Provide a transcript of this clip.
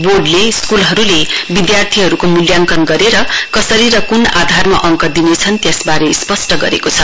बोर्डले स्कूलहरूले विद्यार्थीहरूको मूल्याङ्कन गरेर कसरी र क्न आधारमा अङ्क दिनेछन् त्यसबारे स्पष्ट गरेको छ